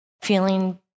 feeling